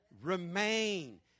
Remain